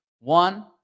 One